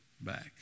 back